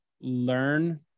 learn